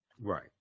Right